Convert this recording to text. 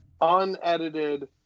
unedited